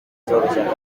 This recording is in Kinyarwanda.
zoroshya